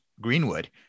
Greenwood